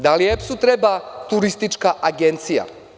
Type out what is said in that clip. Da li EPS-u treba turistička agencija?